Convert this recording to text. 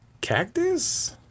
cactus